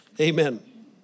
Amen